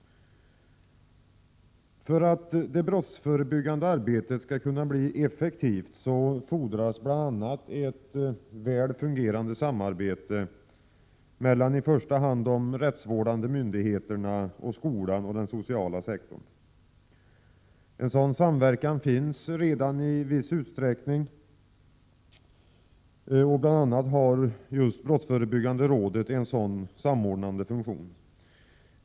För att det brottsförebyggande arbetet skall kunna bli effektivt fordras bl.a. ett väl fungerande samarbete, i första hand mellan de rättsvårdande myndigheterna och skolan och den sociala sektorn. En sådan samverkan finns redan i viss utsträckning. Bl. a. har just brottsförebyggande rådet en sådan samordnande funktion.